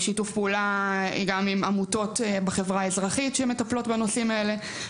שיתוף פעולה גם עם עמותות בחברה האזרחית שמטפלות בנושאים האלה.